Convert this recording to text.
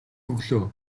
өглөө